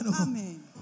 amen